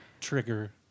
trigger